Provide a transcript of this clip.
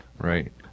Right